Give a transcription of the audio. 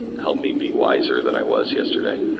help me be wiser than i was yesterday.